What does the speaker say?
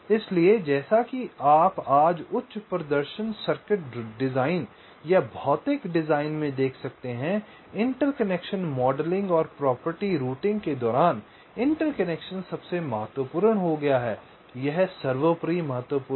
इसलिए जैसा कि आप आज उच्च प्रदर्शन सर्किट डिजाइन या भौतिक डिजाइन में देख सकते हैं इंटरकनेक्शन मॉडलिंग और प्रॉपर्टी रूटिंग के दौरान इंटरकनेक्शन सबसे महत्वपूर्ण हो गया है यह सर्वोपरि महत्वपूर्ण है